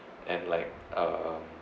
and like um